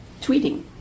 tweeting